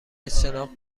اجتناب